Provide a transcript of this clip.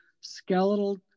Skeletal